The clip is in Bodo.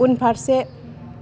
उनफारसे